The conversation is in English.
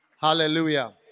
Hallelujah